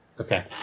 Okay